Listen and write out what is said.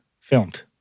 filmed